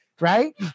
right